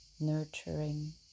Nurturing